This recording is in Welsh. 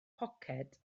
poced